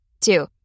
Two